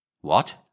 What